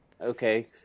okay